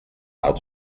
how